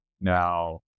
now